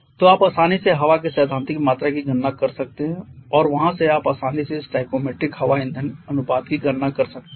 तो आप आसानी से हवा की सैद्धांतिक मात्रा की गणना कर सकते हैं और वहां से आप आसानी से स्टोइकोमेट्रिक हवा ईंधन अनुपात की गणना कर सकते हैं